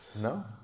no